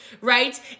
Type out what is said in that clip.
right